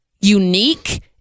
unique